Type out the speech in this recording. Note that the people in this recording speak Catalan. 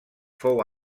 fou